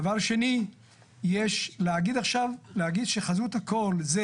דבר שני, להגיד עכשיו שחזות הכל זה